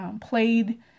played